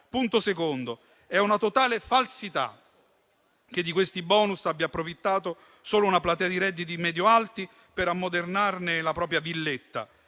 Punto secondo: è una totale falsità che di questi bonus abbia approfittato solo una platea di redditi medio-alti per ammodernare la propria villetta.